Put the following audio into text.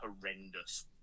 horrendous